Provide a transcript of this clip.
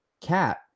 cat